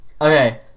Okay